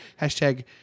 Hashtag